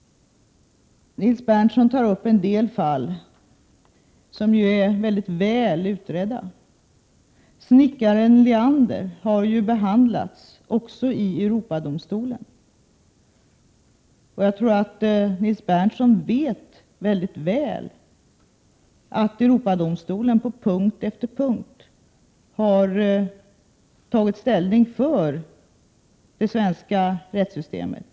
Nils Berndtson tar också upp en del fall som är mycket väl utredda. Fallet snickaren Leander har ju behandlats också i Europadomstolen. Jag tror att Nils Berndtson väldigt väl vet att Europadomstolen på punkt efter punkt har tagit ställning för det svenska rättssystemet.